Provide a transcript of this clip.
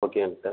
ஓகேங்க டாக்டர்